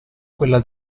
quella